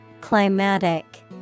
Climatic